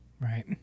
Right